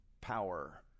power